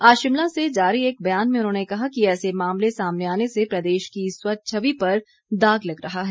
आज शिमला से जारी एक बयान में उन्होंने कहा कि ऐसे मामले सामने आने से प्रदेश की स्वच्छ छवि पर दाग लग रहा है